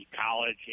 College